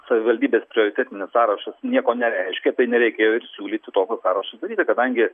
savivaldybės prioritetinis sąrašas nieko nereiškia tai nereikėjo ir siūlyti tokio sąrašo daryti kadangi